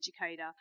educator